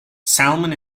salmon